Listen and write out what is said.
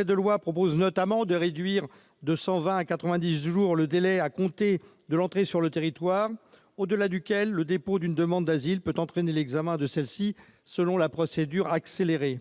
notamment proposé de réduire de 120 à 90 jours le délai à compter de l'entrée sur le territoire au-delà duquel le dépôt d'une demande d'asile peut entraîner l'examen de celle-ci selon la procédure accélérée.